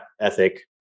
ethic